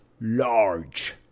large